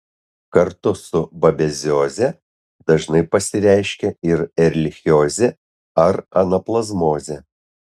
kartu su babezioze dažnai pasireiškia ir erlichiozė ar anaplazmozė